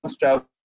travel